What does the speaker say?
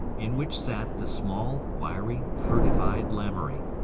in which sat the small, wiry, furtive-eyed lamoury.